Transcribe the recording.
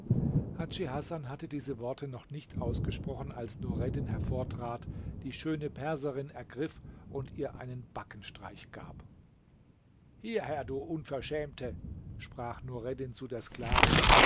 hasan hatte diese worte noch nicht ausgesprochen als nureddin hervortrat die schöne perserin ergriff und ihr einen backenstreich gab hierher du unverschämte sprach nureddin zu der sklavin